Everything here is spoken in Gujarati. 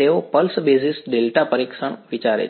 તેઓ પલ્સ બેઝિસ ડેલ્ટા પરીક્ષણ વિચારે છે